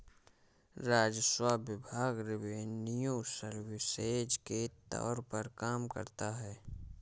राजस्व विभाग revenue services के तौर पर काम करता है